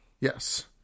Yes